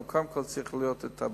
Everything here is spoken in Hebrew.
אבל קודם כול צריך לראות את הבדיקה.